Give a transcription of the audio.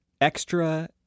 extra